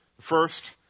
First